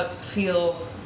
feel